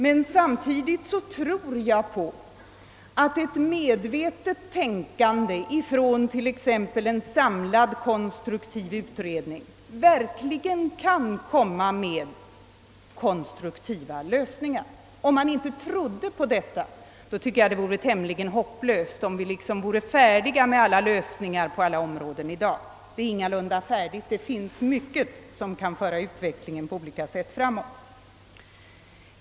Men samtidigt hoppas jag att ett rationellt tänkande från t.ex. en samlad utredning verkligen skulle medföra konstruktiva lösningar. Det vore tämligen hopplöst, om man verkligen trodde att vi i dag har löst alla problem på alla om råden. Vi är ingalunda färdiga — det finns mycket som på olika områden kan föra utvecklingen framåt.